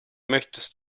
möchtest